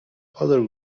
other